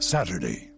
Saturday